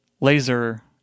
laser